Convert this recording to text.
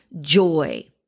joy